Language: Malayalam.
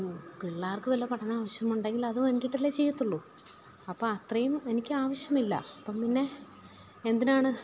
പിള്ളേർക്ക് വല്ല പഠനാവശ്യം ഉണ്ടെങ്കില് അത് വേണ്ടിയിട്ട് അല്ലേ ചെയ്യത്തുള്ളൂ അപ്പാൾ അത്രയും എനിക്ക് ആവശ്യമില്ല അപ്പം പിന്നെ എന്തിനാണ്